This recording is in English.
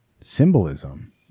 symbolism